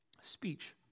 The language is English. Speech